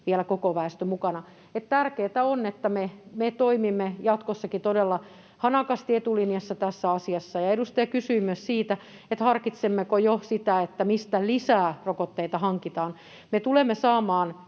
on koko väestö mukana. Tärkeätä on, että me toimimme jatkossakin todella hanakasti etulinjassa tässä asiassa. Edustaja kysyi myös siitä, harkitsemmeko jo sitä, mistä hankitaan lisää rokotteita. Me tulemme saamaan